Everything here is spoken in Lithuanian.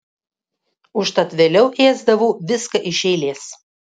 užtat vėliau ėsdavau viską iš eilės